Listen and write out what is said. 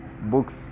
books